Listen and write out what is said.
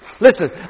Listen